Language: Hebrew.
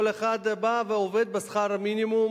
כל אחד בא ועובד בשכר מינימום,